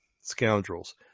scoundrels